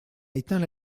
éteint